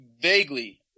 Vaguely